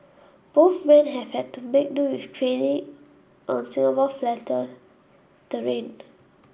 both men have had to make do with training on Singapore flatter terrain